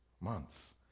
months